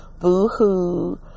boo-hoo